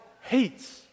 hates